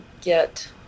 get